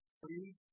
Three